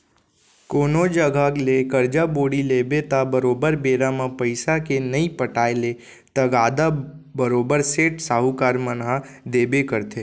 कोनो जघा ले करजा बोड़ी लेबे त बरोबर बेरा म पइसा के नइ पटाय ले तगादा बरोबर सेठ, साहूकार मन ह देबे करथे